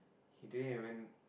he didn't even